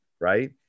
right